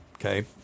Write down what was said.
Okay